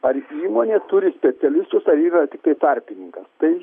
ar įmonė turi specialistus ar yra tiktai tarpininkas tai